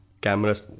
cameras